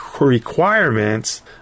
requirements